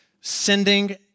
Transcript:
sending